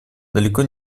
далеко